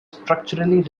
structurally